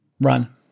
Run